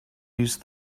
use